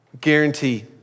guarantee